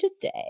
today